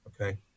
Okay